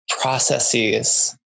processes